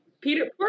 Peter